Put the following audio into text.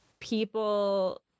people